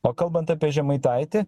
o kalbant apie žemaitaitį